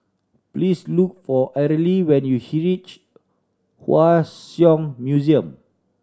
please look for Arely when you Hua Song Museum